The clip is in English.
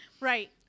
Right